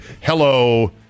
Hello